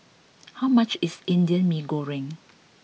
how much is Indian Mee Goreng